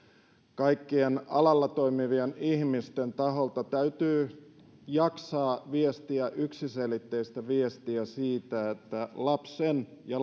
kaikkien alalla toimivien ihmisten taholta täytyy jaksaa viestiä yksiselitteistä viestiä siitä että lapsen ja